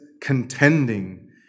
contending